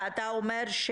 ואתה אומר,